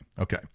Okay